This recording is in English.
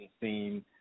seen